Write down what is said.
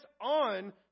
on